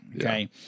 Okay